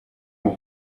und